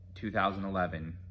2011